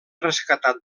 rescatat